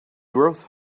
growth